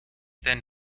then